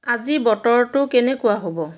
আজি বতৰটো কেনেকুৱা হ'ব